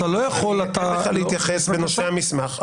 אני אתן לך להתייחס בנושא המסמך,